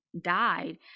died